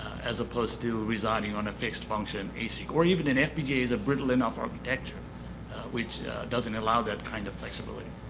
as opposed to residing on a fixed function so or even an an fpj is a brittle enough architecture which doesn't allow that kind of flexibility.